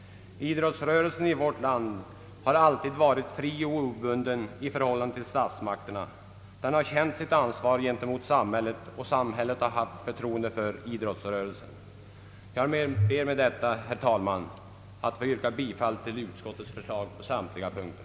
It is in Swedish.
Idrottsrörelsen i vårt land har alltid varit fri och obunden i förhållande till statsmakterna. Den har känt sitt ansvar gentemot samhället, och samhället har haft förtroende för idrottsrörelsen. Jag ber med dessa ord, herr talman, att få yrka bifall till utskottets förslag på samtliga punkter.